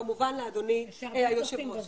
וכמובן לאדוני היושב ראש,